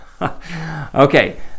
Okay